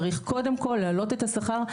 צריך קודם כל להעלות את השכר,